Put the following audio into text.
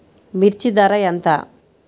మిర్చి ధర ఎంత?